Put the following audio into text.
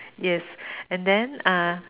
yes and then uh